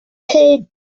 whole